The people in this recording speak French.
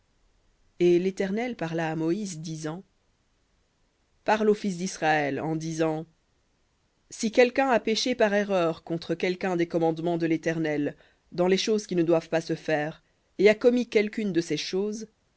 et l'éternel parla à moïse disant parle aux fils d'israël en disant si quelqu'un a péché par erreur contre quelqu'un des commandements de l'éternel dans les choses qui ne doivent pas se faire et a commis quelqu'une de ces choses